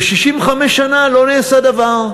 ו-65 שנה לא נעשה דבר.